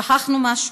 שכחנו משהו,